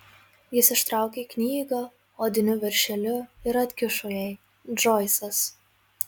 jis ištraukė knygą odiniu viršeliu ir atkišo jai džoisas